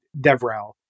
DevRel